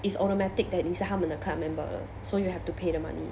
it's automatic that 你是他们的 club member so you have to pay the money